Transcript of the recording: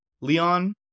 Leon